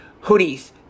hoodies